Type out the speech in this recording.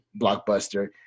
blockbuster